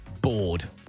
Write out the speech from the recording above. Bored